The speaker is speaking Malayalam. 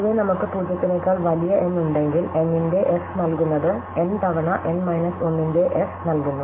പൊതുവേ നമുക്ക് 0 നേക്കാൾ വലിയ n ഉണ്ടെങ്കിൽ n ന്റെ f നൽകുന്നത് n തവണ n മൈനസ് 1 ന്റെ f നൽകുന്നു